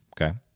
Okay